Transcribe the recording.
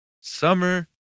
Summer